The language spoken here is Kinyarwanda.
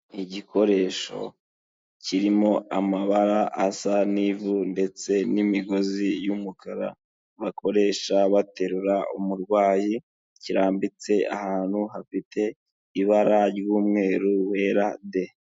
Igikoresho kirimo amabara asa n'ivu ndetse n'imigozi y'umukara bakoresha baterura umurwayi kirambitse ahantu hafite ibara ry'umweru wera de.